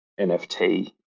NFT